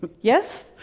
Yes